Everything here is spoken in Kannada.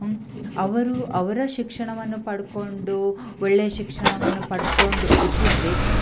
ಅವರು ಅವರ ಶಿಕ್ಷಣವನ್ನು ಪಡ್ಕೊಂಡು ಒಳ್ಳೆಯ ಶಿಕ್ಷಣವನ್ನು ಪಡ್ಕೊಂಡು ಇದ್ದಿದ್ದರೆ